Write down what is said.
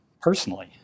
personally